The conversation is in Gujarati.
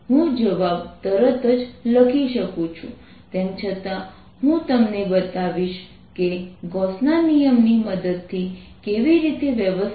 હું જવાબ તરત જ લખી શકું છું તેમ છતાં હું તમને બતાવીશ કે ગોસના નિયમની Gausss law મદદથી કેવી વ્યવસ્થિત રીતે તે મેળવી શકાય